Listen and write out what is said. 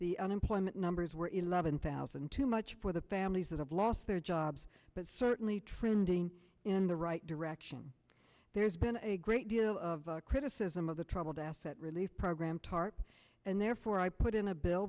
the unemployment numbers were eleven thousand too much for the families that have lost their jobs but certainly trending in the right direction there's been a great deal of criticism of the troubled asset relief program tarp and therefore i put in a bill